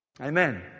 Amen